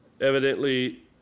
evidently